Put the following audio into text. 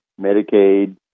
Medicaid